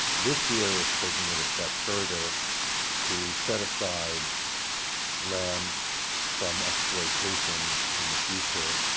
this year it's taking it a step further to set aside land from exploitation in the future.